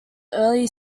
early